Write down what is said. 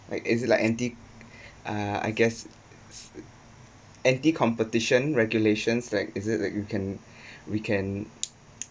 like is like anti uh I guess anti competition regulations like is it like you can we can